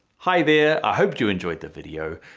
hi there, i hope you enjoyed the video.